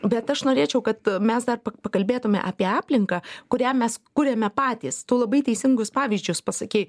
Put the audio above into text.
bet aš norėčiau kad mes dar pakalbėtume apie aplinką kurią mes kuriame patys tu labai teisingus pavyzdžius pasakei